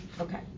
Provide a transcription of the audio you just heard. okay